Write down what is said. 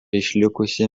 išlikusi